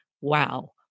Wow